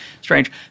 strange